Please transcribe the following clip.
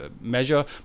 measure